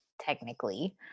technically